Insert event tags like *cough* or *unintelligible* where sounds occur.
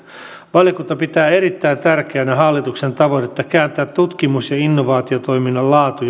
valiokunta pitää erittäin tärkeänä hallituksen tavoitetta kääntää tutkimus ja innovaatiotoiminnan laatu *unintelligible*